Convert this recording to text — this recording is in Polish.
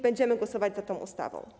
Będziemy głosować za tą ustawą.